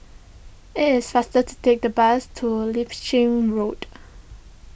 it is faster to take the bus to Road